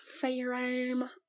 Firearm